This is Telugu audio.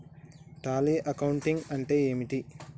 టాలీ అకౌంటింగ్ అంటే ఏమిటి?